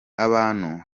abantu